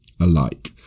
alike